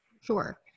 Sure